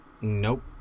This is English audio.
Nope